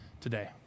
today